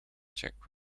czech